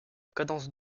cadence